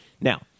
Now